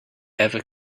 ever